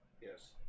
yes